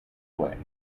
way